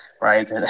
Right